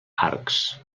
arcs